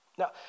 Now